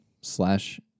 slash